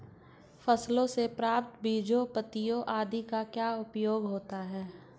फसलों से प्राप्त बीजों पत्तियों आदि का क्या उपयोग होता है?